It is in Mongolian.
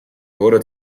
өөрөө